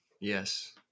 Yes